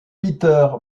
peter